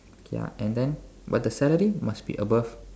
ya and then but the salary must be above